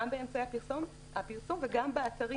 גם באמצעי הפרסום וגם באתרים,